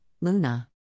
Luna